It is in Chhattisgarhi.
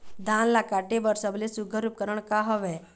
धान ला काटे बर सबले सुघ्घर उपकरण का हवए?